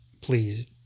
please